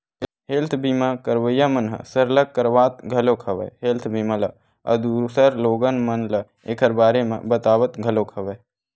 health बीमा करवइया मन ह सरलग करवात घलोक हवय हेल्थ बीमा ल अउ दूसर लोगन मन ल ऐखर बारे म बतावत घलोक हवय